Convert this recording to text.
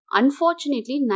unfortunately